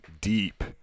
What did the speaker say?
deep